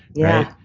yeah.